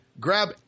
Grab